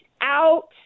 out